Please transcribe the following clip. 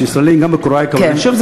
שישראלים, גם בקוריאה, אני חושב שזה טוב.